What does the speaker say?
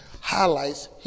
highlights